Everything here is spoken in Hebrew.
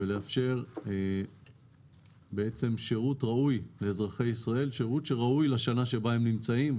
ומאפשר שירות ראוי לאזרחי ישראל בשנה שבה הם נמצאים,